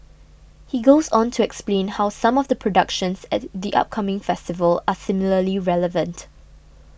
he goes on to explain how some of the productions at the upcoming festival are similarly relevant